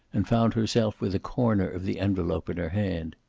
and found herself with a corner of the envelope in her hand.